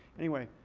anyway.